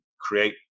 create